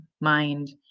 mind